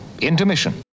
Intermission